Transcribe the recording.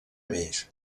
més